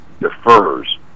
defers